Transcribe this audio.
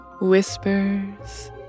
Whispers